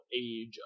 age